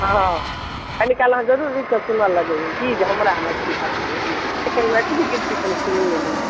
हँ कनी काल अहाँ जरुर रुकि कऽ सुनऽ लगबै कि जे हमरा मैथिली भाषा मे गीत छै कनी मैथिली गीत छै कनी सुनिए लै छी